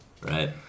Right